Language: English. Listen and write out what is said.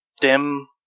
dim